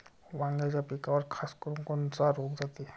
वांग्याच्या पिकावर खासकरुन कोनचा रोग जाते?